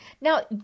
Now